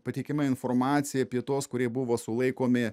pateikiama informacija apie tuos kurie buvo sulaikomi